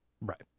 Right